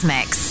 Mix